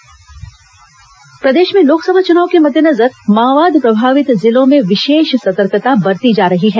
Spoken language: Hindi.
सुरक्षा बल प्रशिक्षण प्रदेश में लोकसभा चुनाव के मद्देनजर माओवाद प्रभावित जिलों में विशेष सतर्कता बरती जा रही है